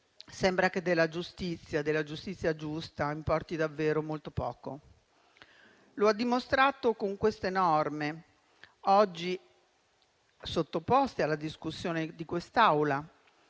sembra che della giustizia giusta importi davvero molto poco. Lo ha dimostrato con le norme oggi sottoposte alla discussione di quest'Assemblea,